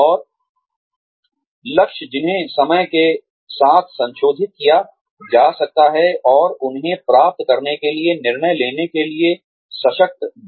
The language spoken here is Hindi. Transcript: और लक्ष्य जिन्हें समय के साथ संशोधित किया जा सकता है और उन्हें प्राप्त करने के लिए निर्णय लेने के लिए सशक्त बनाना है